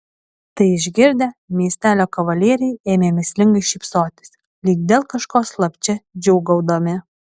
tai išgirdę miestelio kavalieriai ėmė mįslingai šypsotis lyg dėl kažko slapčia džiūgaudami